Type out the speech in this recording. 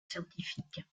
scientifique